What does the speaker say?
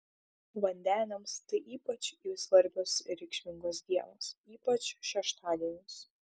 vandeniams tai ypač svarbios ir reikšmingos dienos ypač šeštadienis